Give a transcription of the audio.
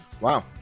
Wow